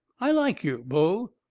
i like you, bo.